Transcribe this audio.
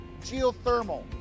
geothermal